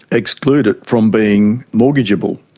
exclude it from being mortgagable.